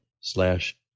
slash